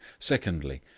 secondly,